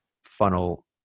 Funnel